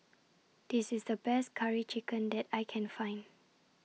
This IS The Best Curry Chicken that I Can Find